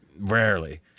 rarely